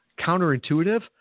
counterintuitive